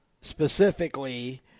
specifically